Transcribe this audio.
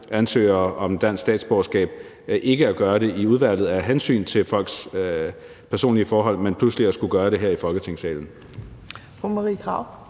ansøgere til dansk statsborgerskab, ikke at gøre det i udvalget af hensyn til folks personlige forhold, men pludselig at skulle gøre det her i Folketingssalen.